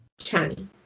Chani